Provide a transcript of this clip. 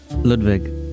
Ludwig